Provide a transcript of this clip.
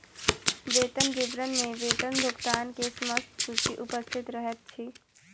वेतन विवरण में वेतन भुगतान के समस्त सूचि उपस्थित रहैत अछि